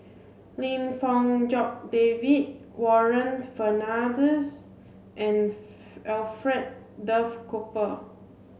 Lim Fong Jock David Warren Fernandez and Alfred Duff Cooper